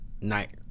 Night